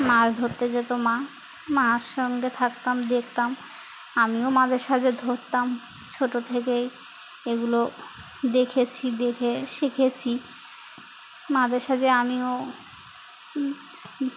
মা ধরতে যেত মা মার সঙ্গে থাকতাম দেখতাম আমিও মাঝে সাজে ধরতাম ছোটো থেকেই এগুলো দেখেছি দেখে শেখেছি মাঝে সাজে আমিও